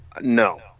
No